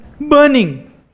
burning